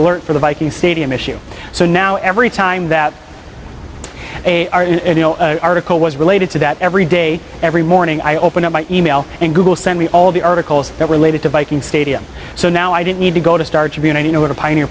alert for the viking stadium issue so now every time that article was related to that every day every morning i open up my e mail and google sent me all the articles that related to biking stadium so now i didn't need to go to start community you know what a pioneer